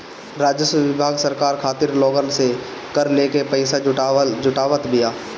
राजस्व विभाग सरकार खातिर लोगन से कर लेके पईसा जुटावत बिया